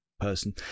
person